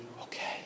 okay